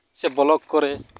ᱥᱮ ᱵᱞᱚᱠ ᱠᱚᱨᱮ